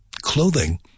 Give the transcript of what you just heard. clothing